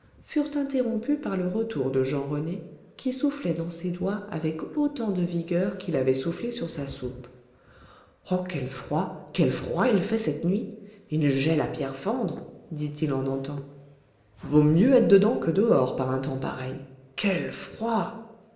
furent interrompues par le retour de jean rené qui soufflait dans ses doigts avec autant de vigueur qu'il avait soufflé sur sa soupe oh quel froid quel froid il fait cette nuit il gèle à pierre fendre dit-il en entrant vaut mieux être dedans que dehors par un temps pareil quel froid